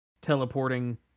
teleporting